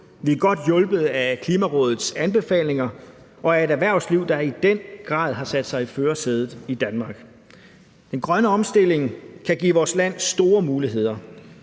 Vi er godt hjulpet af Klimarådets anbefalinger og af et erhvervsliv, der i den grad har sat sig i førersædet i Danmark. Den grønne omstilling kan give vores land store muligheder.